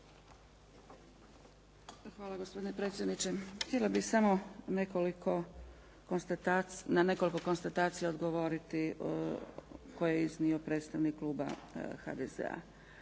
Hvala gospodine predsjedniče. Htjela bih samo na nekoliko konstatacija odgovoriti koje je iznio predstavnik kluba HDZ-a.